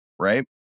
Right